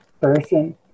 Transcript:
person